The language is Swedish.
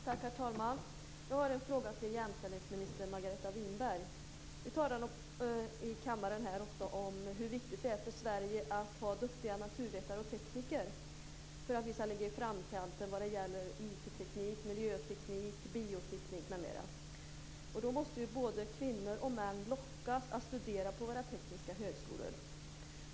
Herr talman! Jag har en fråga till jämställdhetsminister Margareta Winberg. Vi talar i kammaren ofta om hur viktigt det är för Sverige att ha duktiga naturvetare och tekniker för att vi ska ligga i framkant när det gäller IT-teknik, miljöteknik, bioteknik m.m. Då måste både kvinnor och män lockas att studera på våra tekniska högskolor.